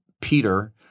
Peter